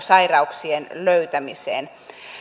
sairauksien löytämiseen